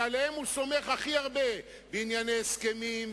שעליהם הוא הכי סומך בענייני הסכמים,